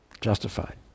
justified